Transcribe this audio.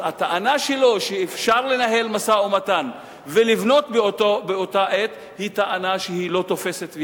הטענה שלו שאפשר לנהל משא-ומתן ולבנות באותה עת היא טענה שלא תופסת,